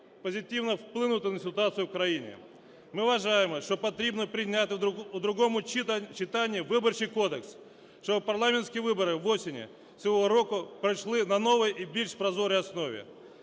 позитивно вплинути на ситуацію в країні. Ми вважаємо, що потрібно прийняти у другому читані Виборчий кодекс, щоби парламентські вибори восени цього року пройшли на новій і більш прозорій основі.